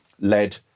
led